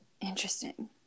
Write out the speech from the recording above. interesting